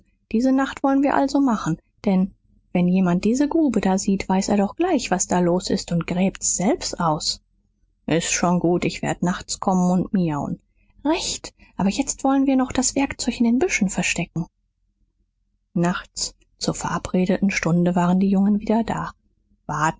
diese nacht woll'n wir's also machen denn wenn jemand diese gruben da sieht weiß er doch gleich was da los ist und gräbt's selbst aus s ist gut ich werd nachts kommen und miauen recht aber jetzt wollen wir noch das werkzeug in den büschen verstecken nachts zur verabredeten stunde waren die jungen wieder da